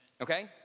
okay